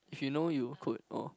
if you know you could oh